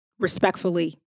respectfully